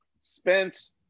Spence